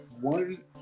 one